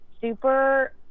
super